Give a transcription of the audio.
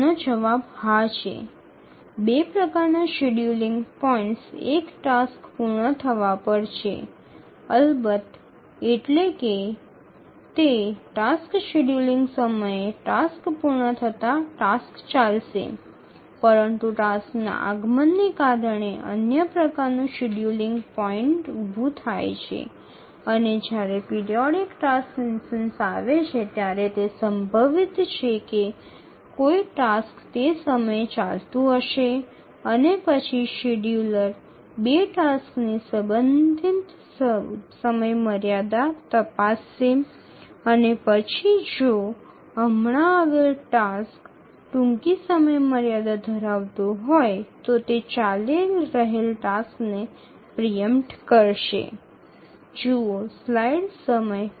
આનો જવાબ હા છે બે પ્રકારના શેડ્યૂલિંગ પોઇન્ટ્સ એક ટાસ્ક પૂર્ણ થવા પર છે અલબત્ત એટલે કે તે ટાસ્ક શેડ્યૂલિંગ સમયે ટાસ્ક પૂર્ણ થતાં ટાસ્ક ચાલશે પરંતુ ટાસ્કના આગમનને કારણે અન્ય પ્રકારનું શેડ્યૂલિંગ પોઇન્ટ્સ ઊભું થાય છે અને જ્યારે પિરિયોડિક ટાસ્ક ઇન્સ્ટનસ આવે છે ત્યારે તે સંભવિત છે કે અન્ય કોઈ ટાસ્ક તે સમયે ચાલતું હશે અને પછી શેડ્યૂલર ૨ ટાસક્સની સંબંધિત સમયમર્યાદા તપાસો અને પછી જો હમણાં આવેલ ટાસ્ક ટૂંકી સમયમર્યાદા ધરાવતું હોય તો તે ચાલી રહેલ ટાસ્કને પ્રિ ઇમ્પટ કરશે